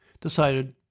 decided